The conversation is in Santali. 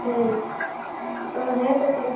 ᱦᱮᱸ ᱚ ᱦᱮᱸ ᱛᱳ ᱛᱚᱵᱮ